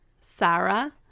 Sarah